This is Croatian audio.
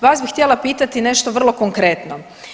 Vas bih htjela pitati nešto vrlo konkretno.